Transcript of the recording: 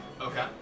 Okay